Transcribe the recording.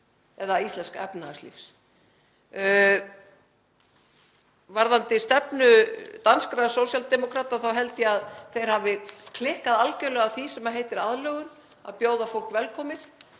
eða íslensks efnahagslífs. Varðandi stefnu danskra sósíaldemókrata þá held ég að þeir hafi klikkað algjörlega á því sem heitir aðlögun, að bjóða fólk velkomið,